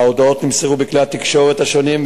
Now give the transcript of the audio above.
ההודעות נמסרו בכלי התקשורת השונים,